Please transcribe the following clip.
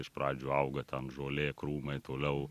iš pradžių auga ten žolė krūmai toliau